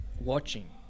watching